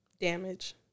Damage